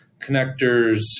connectors